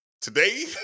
today